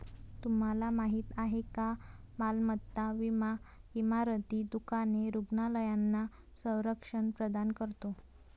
तुम्हाला माहिती आहे का मालमत्ता विमा इमारती, दुकाने, रुग्णालयांना संरक्षण प्रदान करतो